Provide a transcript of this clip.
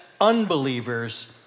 unbelievers